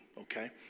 okay